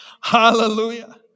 Hallelujah